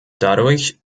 dadurch